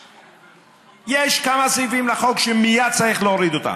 ממילא יש כמה סעיפים לחוק שמייד צריך להוריד אותם.